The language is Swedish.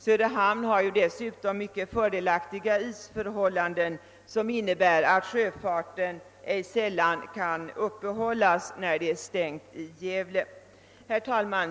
Söderhamn har dessutom mycket fördelaktiga isförhållanden, vilka ej sällan medger att sjöfarten kan uppehållas trots att sjöfarten på Gävle är stängd.